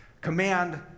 Command